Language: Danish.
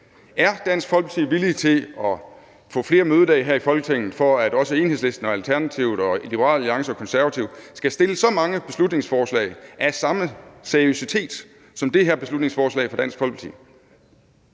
Er Dansk Folkeparti villig til at få flere mødedage her i Folketinget for, at også Enhedslisten og Alternativet og Liberal Alliance og Konservative skal fremsætte så mange beslutningsforslag af samme seriøsitet som det her beslutningsforslag fra Dansk Folkeparti?